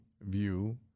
view